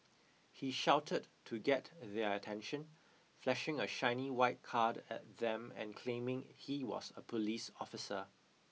he shouted to get their attention flashing a shiny white card at them and claiming he was a police officer